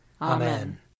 Amen